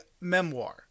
memoir